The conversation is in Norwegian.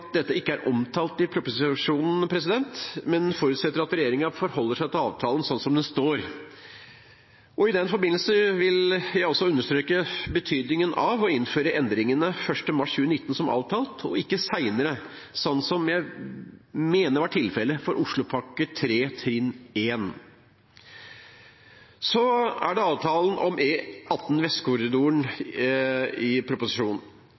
at dette ikke er omtalt i proposisjonen, men jeg forutsetter at regjeringen forholder seg til avtalen slik som den står. I den forbindelse vil jeg også understreke betydningen av å innføre endringene 1. mars 2019 som avtalt, og ikke senere, som jeg mener var tilfellet for Oslopakke 3, trinn 1. Så til avtalen om E18 Vestkorridoren i proposisjonen.